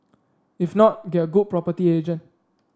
if not get a good property agent